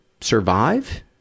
survive